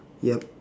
yup